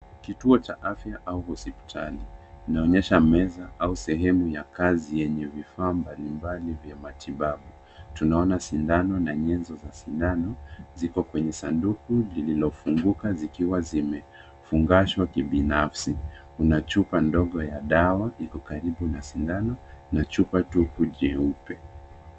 Kituo cha afya au hospitali. Inaonyesha meza au sehemu ya kazi yenye vifaa mbalimbali vya matibabu. Tunaona sindano na nyenzo za sindano zipo kwenye saduku lililofunguka zikiwa zimefungashwa kibinafsi. Kuna chupa ndogo ya dawa iko karibu na sindano na chupa tupu jeupe.